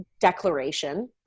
declaration